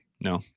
no